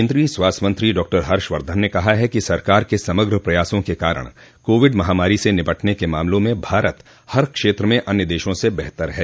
केन्द्रीय स्वास्थ्य मंत्री डॉक्टर हर्षवर्धन ने कहा है कि सरकार के समग्र प्रयासों के कारण कोविड महामारी से निपटने के मामले में भारत हर क्षेत्र में अन्य देशों से बेहतर है